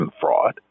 fraud